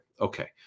Okay